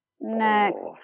Next